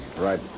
Right